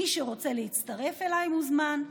מי שרוצה להצטרף אליי מוזמן.